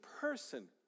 person